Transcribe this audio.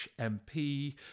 MP